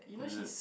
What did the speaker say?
is it